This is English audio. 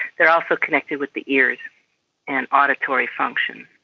they are also connected with the ears and auditory function.